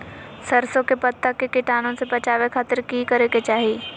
सरसों के पत्ता के कीटाणु से बचावे खातिर की करे के चाही?